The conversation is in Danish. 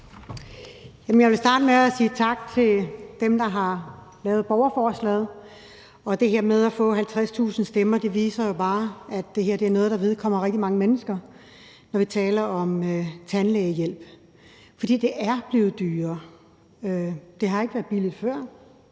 Jeg vil starte med at sige tak til dem, der har lavet borgerforslaget. Det her med at få 50.000 underskrifter viser bare, at det her er noget, der vedkommer rigtig mange mennesker, når vi taler om tandlægehjælp. For det er blevet dyrere. Det har ikke været billigt før,